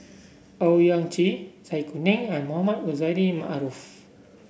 Owyang Chi Zai Kuning and Mohamed Rozani Maarof